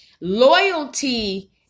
Loyalty